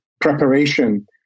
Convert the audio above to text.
preparation